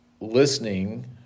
listening